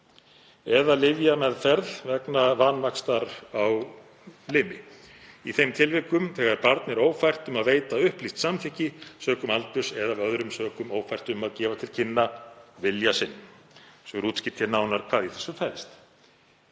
eða lyfjameðferð vegna vanvaxtar á typpi í þeim tilvikum þegar barn er ófært um að veita upplýst samþykki sökum ungs aldurs eða er af öðrum sökum ófært um að gefa til kynna vilja sinn.“ Svo er útskýrt nánar hvað í þessu felst.